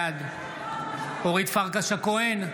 בעד אורית פרקש הכהן,